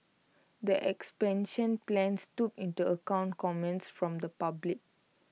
the expansion plans took into account comments from the public